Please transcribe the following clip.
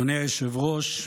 אדוני היושב-ראש,